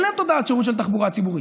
אין להן תודעת שירות של תחבורה ציבורית,